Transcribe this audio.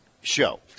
show